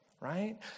Right